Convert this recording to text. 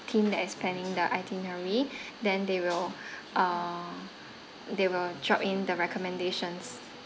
team that is planning the itinerary then they will uh they will drop in the recommendations